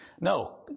No